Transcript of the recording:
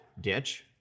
ditch